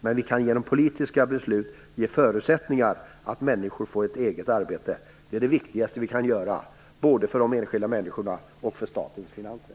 Men vi kan genom politiska beslut ge förutsättningar för att människor får ett eget arbete. Det är det viktigaste vi kan göra både för de enskilda människorna och statens finanser.